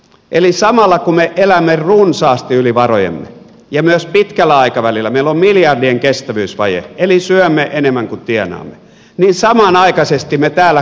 eli samalla kun me elämme runsaasti yli varojemme ja myös pitkällä aikavälillä meillä on miljardien kestävyysvaje eli syömme enemmän kuin tienaamme niin me täällä korotamme etuisuuksia